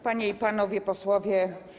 Panie i Panowie Posłowie!